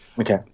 Okay